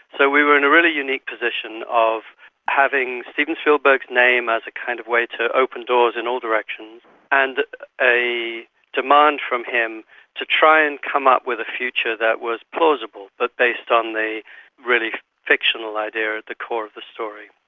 so we were in a really unique position of having having steven spielberg's name as a kind of way to open doors in all directions and a demand from him to try and come up with a future that was plausible but based on the really fictional idea at the core of the story.